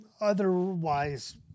otherwise